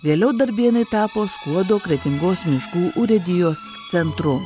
vėliau darbėnai tapo skuodo kretingos miškų urėdijos centru